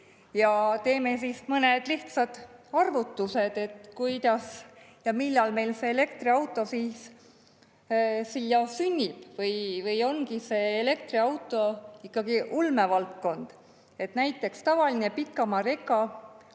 Teeme mõned lihtsad arvutused, kuidas meil see elektriauto siis sünnib või on see elektriauto ikkagi ulmevaldkond. Näiteks tavalise pikamaareka